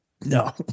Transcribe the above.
No